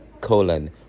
colon